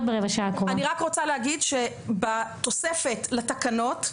רק רוצה להגיד שבתוספת לתקנות,